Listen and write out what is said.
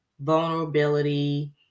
Vulnerability